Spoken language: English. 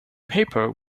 paper